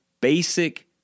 basic